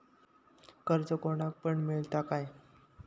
कर्ज कोणाक पण मेलता काय?